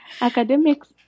academics